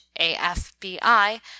AFBI